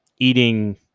Eating